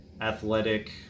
athletic